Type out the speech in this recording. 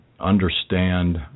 understand